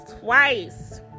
twice